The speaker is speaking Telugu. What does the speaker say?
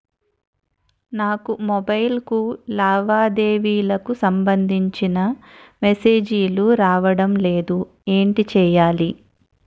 నాకు మొబైల్ కు లావాదేవీలకు సంబందించిన మేసేజిలు రావడం లేదు ఏంటి చేయాలి?